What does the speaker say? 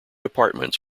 apartments